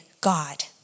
God